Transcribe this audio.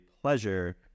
pleasure